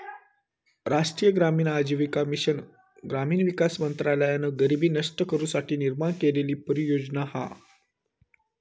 राष्ट्रीय ग्रामीण आजीविका मिशन ग्रामीण विकास मंत्रालयान गरीबी नष्ट करू साठी निर्माण केलेली परियोजना हा